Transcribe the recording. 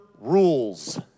rules